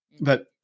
But-